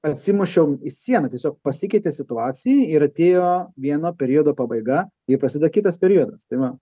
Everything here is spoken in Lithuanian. atsimušiau į sieną tiesiog pasikeitė situacija ir atėjo vieno periodo pabaiga ir prasideda kitas periodas tai va